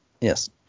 Yes